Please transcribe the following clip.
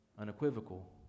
unequivocal